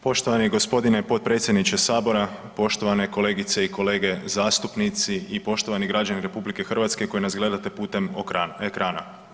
Poštovani g. potpredsjedniče Sabora, poštovane kolegice i kolege zastupnici i poštovani građani RH koji nas gledate putem ekrana.